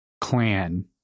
clan